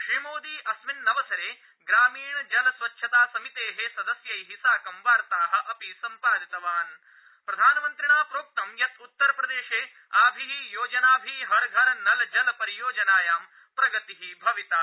श्रीमोदी अस्मिन्नवसरे ग्रामीण जल स्वच्छता समितेः सदस्यैः साकं वार्ताः अपि सम्पादितनान् प्रधानमन्त्रिणा प्रोक्तं यत् उत्तरप्रदेशे आभिः योजनाभिः हर घर नल जल परियोजनायां प्रगतिः भविता